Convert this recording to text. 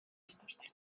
zituzten